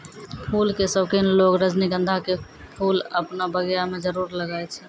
फूल के शौकिन लोगॅ रजनीगंधा के फूल आपनो बगिया मॅ जरूर लगाय छै